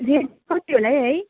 rate कति होला है है